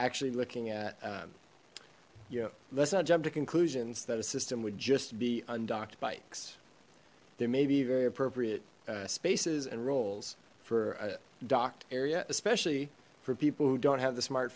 actually looking at you know let's not jump to conclusions that a system would just be undocked bikes there may be very appropriate spaces and roll for a docked area especially for people who don't have the smart